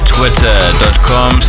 Twitter.com